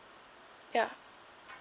ya